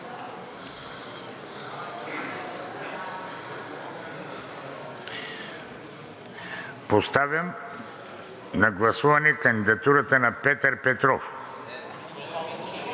Поставям на гласуване кандидатурата на Петър Петров.